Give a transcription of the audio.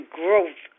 growth